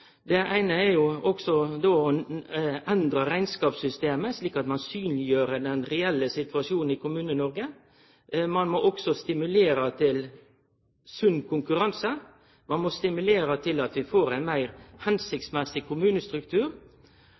Det eine er å endre rekneskapssystemet slik at ein synleggjer den reelle situasjonen i Kommune-Noreg. Ein må stimulere til sunn konkurranse, og ein må stimulere til at vi får ein meir formålstenleg kommunestruktur.